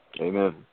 Amen